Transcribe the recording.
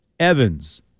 Evans